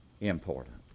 important